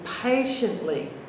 patiently